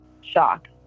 shock